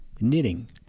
knitting